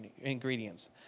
ingredients